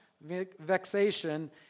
vexation